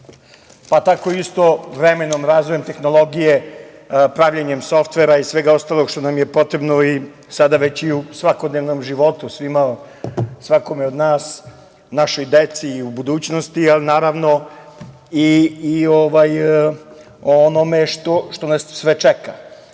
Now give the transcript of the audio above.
Pa, tako isto vremenom, razvojem tehnologije, pravljenjem softvera i svega ostalog što nam je potrebno i sada već i u svakodnevnom životu svima, svakome od nas, našoj deci i u budućnosti, ali naravno i o onome što nas sve čeka. Stvar